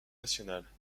nationale